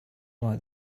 like